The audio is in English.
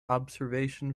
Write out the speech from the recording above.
observation